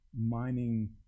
mining